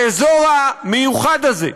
האזור המיוחד הזה,